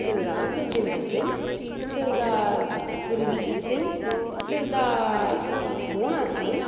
Sardar Tajinder Singh Sardar Gurmeet Singh Sardar Mohna Singh